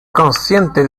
consciente